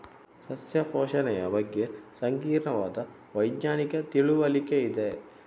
ಸಸ್ಯ ಪೋಷಣೆಯ ಬಗ್ಗೆ ಸಂಕೀರ್ಣವಾದ ವೈಜ್ಞಾನಿಕ ತಿಳುವಳಿಕೆ ಇದೆ